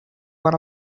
one